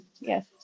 Yes